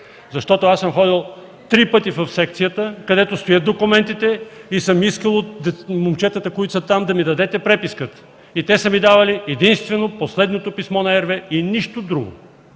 Защото аз съм ходил три пъти в секцията, където стоят документите, и съм искал от момчетата, които са там, да ми дадат преписката. И те са ми давали единствено последното писмо на RWE и нищо друго.